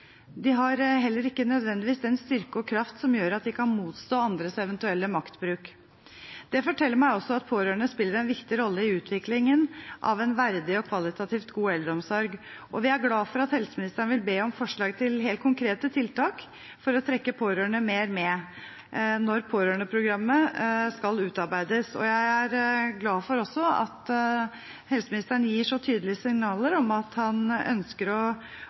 De har heller ikke nødvendigvis den styrke og kraft som gjør at de kan motstå andres eventuelle maktbruk. Det forteller meg også at pårørende spiller en viktig rolle i utviklingen av en verdig og kvalitativt god eldreomsorg. Og vi er glad for at helseministeren vil be om forslag til helt konkrete tiltak for å trekke pårørende mer med når pårørendeprogrammet skal utarbeides. Jeg er også glad for at helseministeren gir så tydelige signaler om at han ønsker å